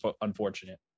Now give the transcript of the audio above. unfortunate